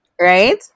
Right